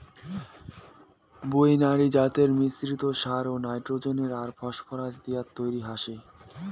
binary জাতের মিশ্রিত সার নাইট্রোজেন আর ফসফরাস দিয়াত তৈরি হসে